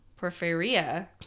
porphyria